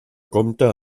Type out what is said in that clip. compta